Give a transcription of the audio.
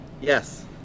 Yes